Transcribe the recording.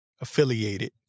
affiliated